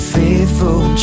Faithful